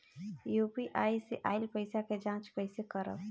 UPI से आइल पईसा के जाँच कइसे करब?